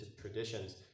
traditions